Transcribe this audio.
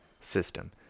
system